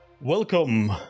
Welcome